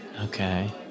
Okay